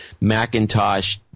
Macintosh